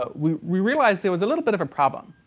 but we we realized there was a little bit of a problem.